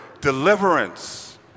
deliverance